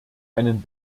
einen